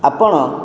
ଆପଣ